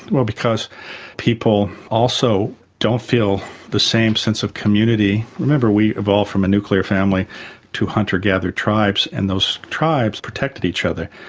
well because people also don't feel the same sense of community. remember we evolved from a nuclear family to hunter gatherer tribes and those tribes protected each other.